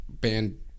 band